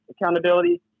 accountability